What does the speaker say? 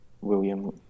William